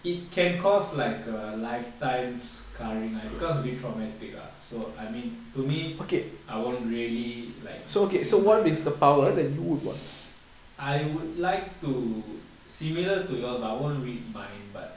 it can cost like a lifetime's scarring because it will be traumatic ah so I mean to me I won't really like read mind lah I would like to similar to yours but I won't read mind but